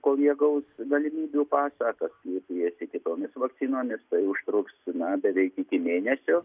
kol jie gaus galimybių pasiūlą kas skiepijasi kitomis vakcinomis tai užtruks na beveik iki mėnesio